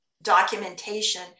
documentation